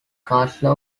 castle